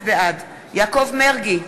בעד יעקב מרגי,